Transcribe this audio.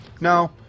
no